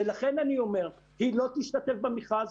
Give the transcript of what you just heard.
לכן אני אומר שהיא לא תשתתף במכרז,